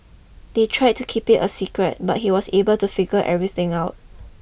they try to keep it a secret but he was able to figure everything out